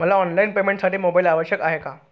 मला ऑनलाईन पेमेंटसाठी मोबाईल आवश्यक आहे का?